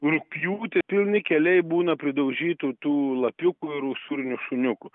rugpjūtį pilni keliai būna pridaužytų tų lapiukų ir usūrinių šuniukų